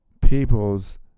people's